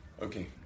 Okay